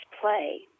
play